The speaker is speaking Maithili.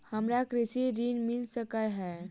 हमरा कृषि ऋण मिल सकै है?